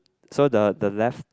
so the the left